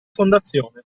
fondazione